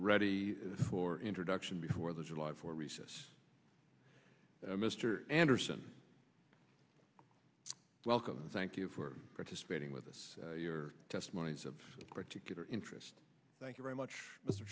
ready for introduction before the july fourth recess mr anderson welcome thank you for participating with us your testimonies of particular interest thank you very much